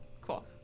Cool